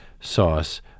sauce